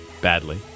Badly